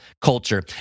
culture